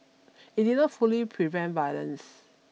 it did not fully prevent violence